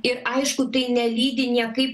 ir aišku tai nelydi niekaip